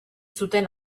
zuten